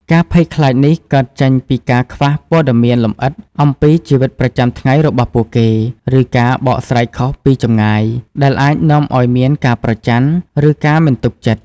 ការភ័យខ្លាចនេះកើតចេញពីការខ្វះព័ត៌មានលម្អិតអំពីជីវិតប្រចាំថ្ងៃរបស់ពួកគេ ឬការបកស្រាយខុសពីចម្ងាយ ដែលអាចនាំឱ្យមានការប្រចណ្ឌ ឬការមិនទុកចិត្ត។